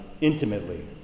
intimately